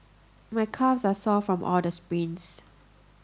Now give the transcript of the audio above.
my calves are sore from all the sprints